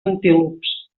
antílops